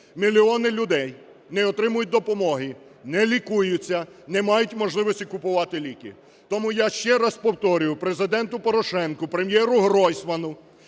мільйони людей не отримують допомоги, не лікуються, не мають можливості купувати ліки. Тому я ще раз повторюю Президенту Порошенку, Прем’єру Гройсману,